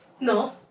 No